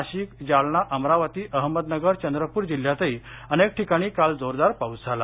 नाशिक जालना अमरावती अहमदनगर चंद्रपूर जिल्ह्यातही अनेक ठिकाणी काल जोरदार पाऊस झाला